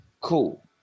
Cool